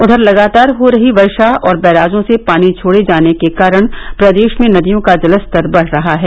उघर लगातार हो रही वर्षा और बैराजों से पानी छोड़े जाने के कारण प्रदेश में नदियों का जलस्तर बढ़ रहा है